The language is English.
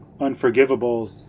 Unforgivable